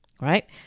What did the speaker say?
right